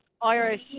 Irish